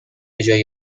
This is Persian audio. جای